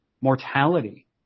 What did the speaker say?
mortality